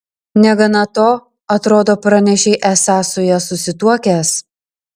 negana to atrodo pranešei esąs su ja susituokęs